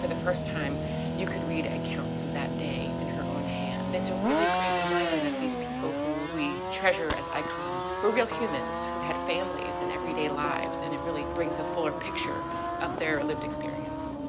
and first time you could read accounts of that day in her own hand. it's a really great reminder that these people who we treasure as icons were real humans who had families and everyday lives and it really brings a fuller picture of their lived experience.